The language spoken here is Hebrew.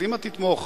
קדימה תתמוך.